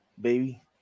baby